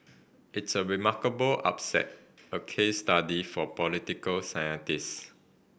it's a remarkable upset a case study for political scientists